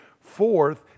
Fourth